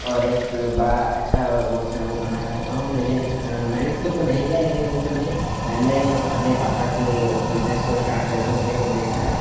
और एक बड़ा अच्छा वह उसमें वह करना चाहता हूँ लेकिन इस मैंने खुद तो नहीं किया लेकिन इन सबमें मैंने अपने पापा के उस बिजनेस को इश्टार्ट करे होते हुए देखा है